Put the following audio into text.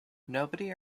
nobody